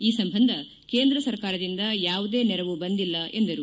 ಈ ಸಂಬಂಧ ಕೇಂದ್ರ ಸರ್ಕಾರದಿಂದ ಯಾವುದೇ ನೆರವು ಬಂದಿಲ್ಲ ಎಂದರು